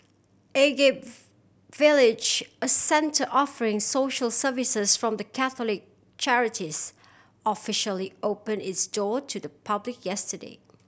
Agape Village a centre offering social services from the Catholic charities officially open its door to the public yesterday